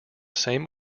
same